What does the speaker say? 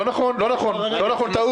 לא נכון, לא נכון, טעות.